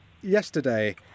yesterday